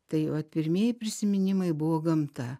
tai vat pirmieji prisiminimai buvo gamta